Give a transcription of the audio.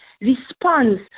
response